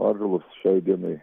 atžalos šiai dienai